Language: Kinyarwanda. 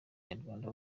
banyarwanda